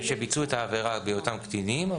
שביצעו את העבירה בהיותם קטינים,